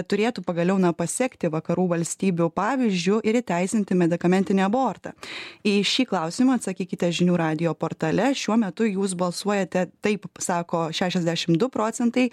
turėtų pagaliau nap pasekti vakarų valstybių pavyzdžiu ir įteisinti medikamentinį abortą į šį klausimą atsakykite žinių radijo portale šiuo metu jūs balsuojate taip sako šešiasdešim du procentai